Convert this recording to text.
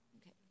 Okay